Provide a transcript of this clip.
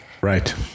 Right